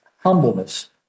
humbleness